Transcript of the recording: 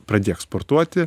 pradėk sportuoti